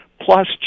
plus